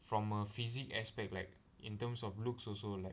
from a physique aspect like in terms of looks also like